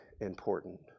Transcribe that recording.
important